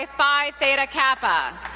ah phi theta kappa.